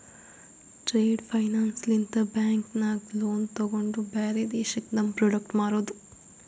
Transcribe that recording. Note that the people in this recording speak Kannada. ಟ್ರೇಡ್ ಫೈನಾನ್ಸ್ ಲಿಂತ ಬ್ಯಾಂಕ್ ನಾಗ್ ಲೋನ್ ತೊಗೊಂಡು ಬ್ಯಾರೆ ದೇಶಕ್ಕ ನಮ್ ಪ್ರೋಡಕ್ಟ್ ಮಾರೋದು